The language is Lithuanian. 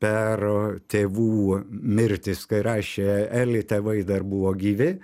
per tėvų mirtis kai rašė eli tėvai dar buvo gyvi